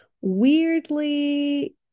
weirdly